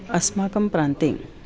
अस्माकं प्रान्ते